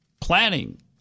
planning